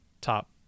top